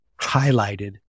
highlighted